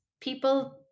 people